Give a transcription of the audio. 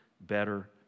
better